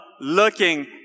looking